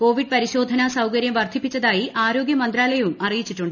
Covid പരിശോധന സൌകര്യം വെർദ്ധിപ്പിച്ചതായി ആരോഗ്യമന്ത്രാലയം അറിയിച്ചു